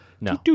No